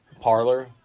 Parlor